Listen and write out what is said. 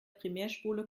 primärspule